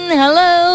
hello